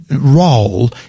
role